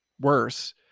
worse